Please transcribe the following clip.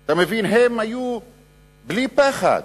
אתה מבין, הם היו בלי פחד.